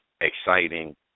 exciting